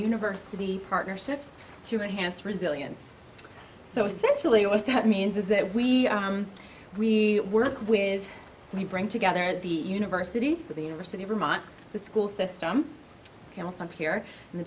university partnerships to enhance resilience so essentially what that means is that we really work with we bring together at the university of the university of vermont the school system here in the